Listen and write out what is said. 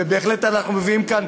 ובהחלט אנחנו מביאים כאן,